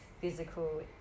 physical